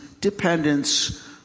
dependence